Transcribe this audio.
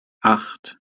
acht